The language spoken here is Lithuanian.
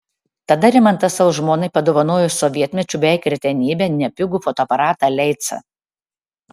tada rimantas savo žmonai padovanojo sovietmečiu beveik retenybę nepigų fotoaparatą leica